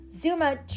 Zuma